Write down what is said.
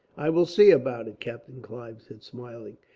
i will see about it, captain clive said, smiling.